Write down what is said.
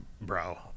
bro